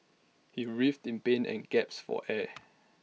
he writhed in pain and gasped for air